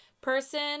person